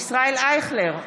ישראל אייכלר,